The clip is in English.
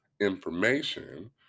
information